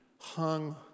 hung